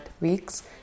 weeks